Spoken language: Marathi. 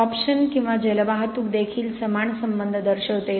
सॉर्प्शन किंवा जलवाहतूक देखील समान संबंध दर्शवते